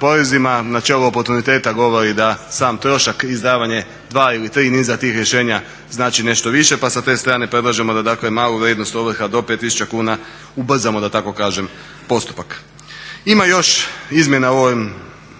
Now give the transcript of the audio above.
porezima. Načelo oportuniteta govori da sam trošak i izdavanje dvaju ili tri niza tih rješenja znači nešto više. Pa sa te strane predlažemo da dakle malu vrijednost ovrha do 5 tisuća kuna ubrzamo da tako kažem postupak. Ima još izmjena u ovim,